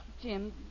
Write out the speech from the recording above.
Jim